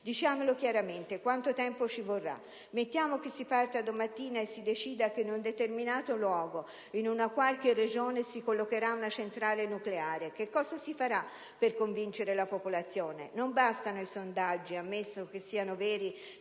Diciamolo chiaramente, quanto tempo ci vorrà? Mettiamo che si parta domani mattina e si decida che in un determinato luogo, in una qualche Regione, si collocheranno centrali nucleari. Che cosa si farà per convincere la popolazione? Non bastano i sondaggi, ammesso che siano veri,